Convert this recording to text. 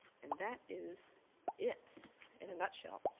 and that is it in a nutshell.